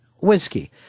whiskey